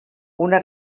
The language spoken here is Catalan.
una